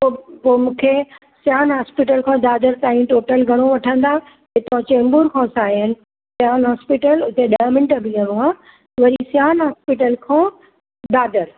पोइ पोइ मूंखे सिआन हॉस्पिटल खां दादर ताईं टोटल घणो वठंदा हितां चेम्बूर खां सायन हॉस्पिटल उते ॾह मिंट बीहणो आहे वरी सिआन हॉस्पिटल खां दादर